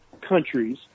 Countries